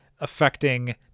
affecting